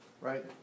right